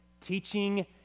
Teaching